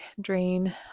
drain